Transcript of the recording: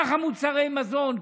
ככה מוצרי מזון,